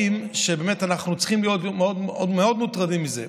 שבאמת אנחנו צריכים להיות מאוד מוטרדים מהם.